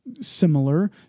Similar